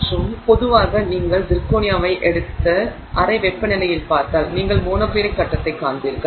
மற்றும் ஆனால் பொதுவாக நீங்கள் சிர்கோனியாவை எடுத்து அறை வெப்பநிலையில் பார்த்தால் நீங்கள் மோனோக்ளினிக் கட்டத்தைக் காண்பீர்கள்